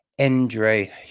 Andre